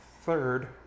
third